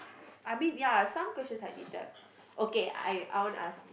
I mean ya some questions I did that okay I I wanna ask